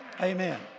Amen